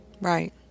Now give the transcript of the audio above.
Right